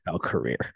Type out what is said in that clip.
career